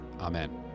amen